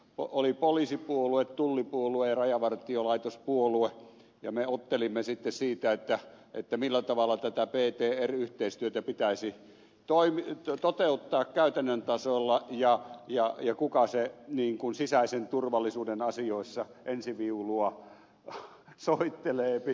oli poliisipuolue tullipuolue ja rajavartiolaitospuolue ja me ottelimme sitten siitä millä tavalla tätä ptr yhteistyötä pitäisi toteuttaa käytännön tasolla ja kuka sisäisen turvallisuuden asioissa ensiviulua soitteleepi